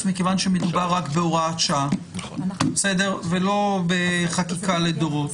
מכיוון שמדובר רק בהוראת שעה ולא בחקיקה לדורות,